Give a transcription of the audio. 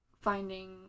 finding